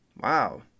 Wow